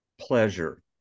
pleasure